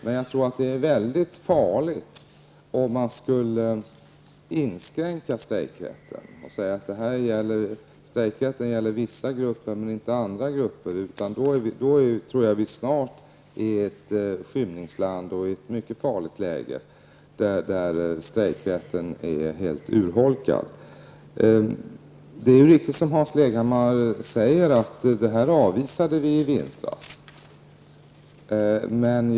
Men jag tror att det vore mycket farligt att inskränka strejkrätten och säga att den gäller vissa grupper men inte andra. Då tror jag att vi snart skulle befinna oss i ett skymningsland och i ett mycket farligt läge, där strejkrätten skulle vara helt urholkad. Det är, som Hans Leghammar säger, riktigt att vi i vintras avvisade detta.